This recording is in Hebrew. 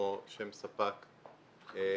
יש בעיה כזו וכזו,